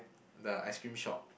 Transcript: the ice-cream shop